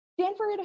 Stanford